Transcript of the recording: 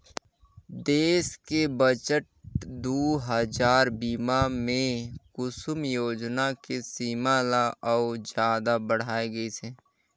देस के बजट दू हजार बीस मे कुसुम योजना के सीमा ल अउ जादा बढाए गइसे